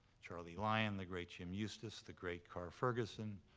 charlie lyon, the great jim eustice, the great carr ferguson,